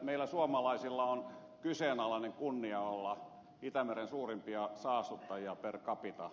meillä suomalaisilla on kyseenalainen kunnia olla itämeren suurimpia saastuttajia per capita